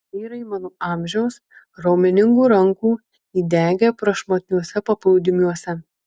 vyrai mano amžiaus raumeningų rankų įdegę prašmatniuose paplūdimiuose